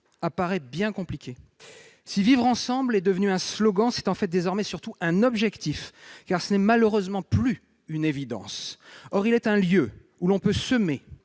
apparaît bien compliqué. Si « vivre ensemble » est devenu un slogan, c'est en fait désormais surtout un objectif, car ce n'est malheureusement plus une évidence. Or il est un lieu où l'on peut semer